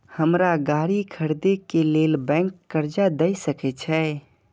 हमरा गाड़ी खरदे के लेल बैंक कर्जा देय सके छे?